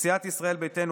סיעת ישראל ביתנו,